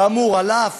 כאמור, אף